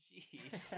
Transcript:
Jeez